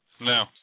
No